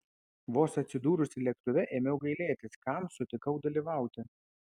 vos atsidūrusi lėktuve ėmiau gailėtis kam sutikau dalyvauti